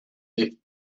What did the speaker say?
left